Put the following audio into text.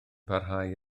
parhau